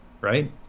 right